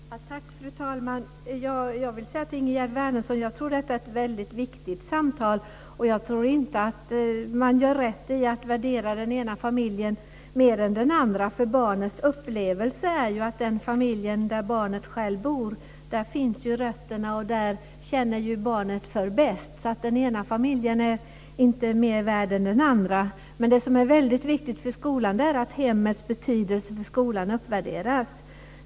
Fru talman! Jag vill säga till Ingegerd Wärnersson att jag tror att detta är ett väldigt viktigt samtal. Jag tror inte att man gör rätt i att värdera den ena familjen mer än den andra. Barnets upplevelse är ju att den familj där barnet självt bor är den där rötterna finns och den som barnet känner mest för. Den ena familjen är alltså inte mer värd än den andra. Men det som är väldigt viktigt för skolan är att hemmets betydelse för skolan uppvärderas.